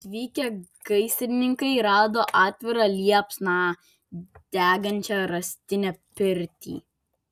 atvykę gaisrininkai rado atvira liepsna degančią rąstinę pirtį